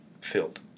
filled